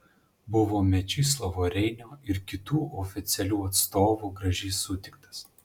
buvo mečislovo reinio ir kitų oficialių atstovų gražiai sutiktas